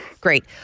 Great